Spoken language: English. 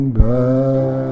back